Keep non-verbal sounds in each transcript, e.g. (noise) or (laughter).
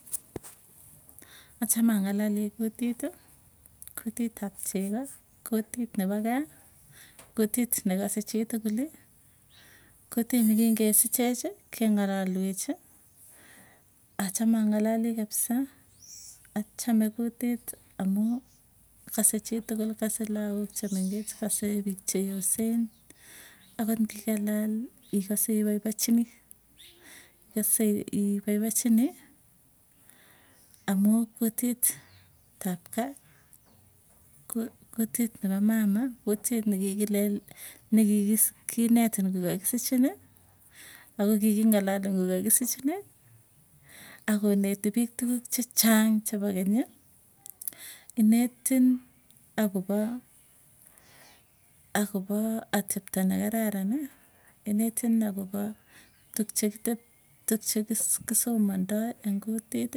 (noise) Achame ang'alalii kutiti kutit ap chego, kutit nepo gaa kutit nekase chitukuli, kutit nekingesichechi keng'alalwechi, achame ang'alalii kapsaa. Achame kutit amuu kase chitukul kase lagook chemengech, kase piik cheyosen ako nging'alal ikose ipaipochinii. Ikose ipoipochinii amuu kutit ap kaa kutit nepo mama, kutit nikikinetin kokakisichini, `akokiking'alalun kokakisichini, akoneti piiktukuk chechang chepo keny. inetin akopa akopa atepto nekararani inetin akopo tuk chekissomandai eng kutit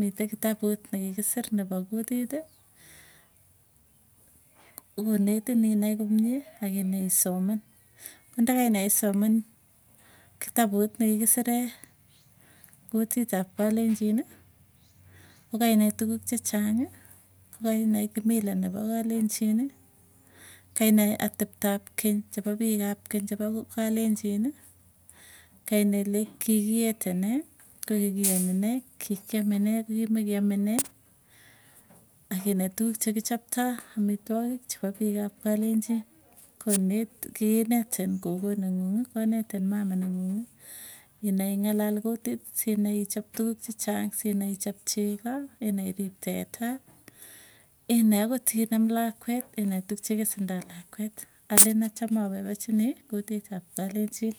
mite kitaputnekikisir nepa kutiti konetin inai komie akinai isoman ko ndakainai isoman kitaput, nekikisiree kutit ap kalenjin ko kainai tukuuk chechang'ii kokainai kimila nepo kalenjini, kainai ateptop keny chepo piik ap keny chepo kalenjini. Kainai (noise) ile kigiete nee ko kikiyani nee kikiame nee ko kimegeame nee, akinai tukuk che kichoptoo amitwogik chepo piik ap kalenjin, konet kiinetin kogo nenguung'ii konetin mama nenguungi inai ing'alal kutit sinai ichop tukuk chechang sinai ichop chego inai irip teta inai akot inam lakwet inai tukuuk chekikesendoi lakweet (noise) alen achame apaipachinii kutit ap kalenjin.